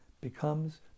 becomes